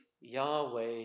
Yahweh